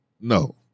No